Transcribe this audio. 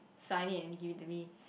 sign it and give it to me